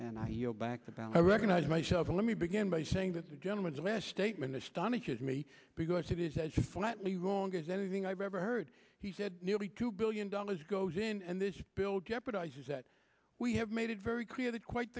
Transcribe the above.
about i recognize myself let me begin by saying that the gentleman's last statement astonishes me because it is as flatly wrong as anything i've ever heard he said nearly two billion dollars goes in and this bill jeopardizes that we have made it very clear that quite